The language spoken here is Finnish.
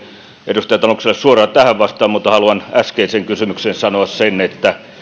edustaja tanukselle suoraan tähän vastata mutta koska sain tämän vastausvuoron haluan äskeiseen kysymykseen sanoa sen että